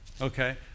okay